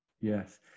Yes